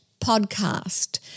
podcast